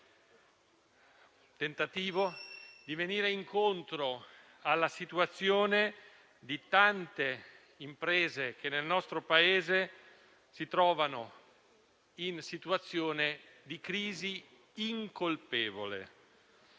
tentativo di andare incontro alle tante imprese che nel nostro Paese si trovano in situazione di crisi incolpevole.